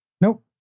Nope